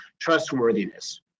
trustworthiness